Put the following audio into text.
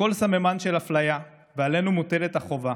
לכל סממן של אפליה, ועלינו מוטלת החובה